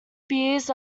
beers